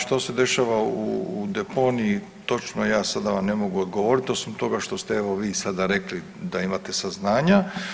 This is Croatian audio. Što se dešava u deponiji točno ja sada vam ne mogu odgovoriti osim toga što ste evo vi rekli da imate saznanja.